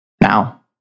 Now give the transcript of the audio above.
now